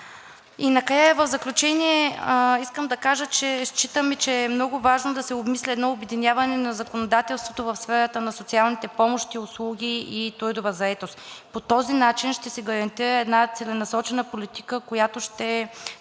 2. Накрая, в заключение, искам да кажа, че считаме, че е много важно да се обмисли едно обединяване на законодателството в сферата на социалните помощи, услуги и трудова заетост. По този начин ще се гарантира една целенасочена политика, която ще